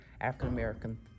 African-American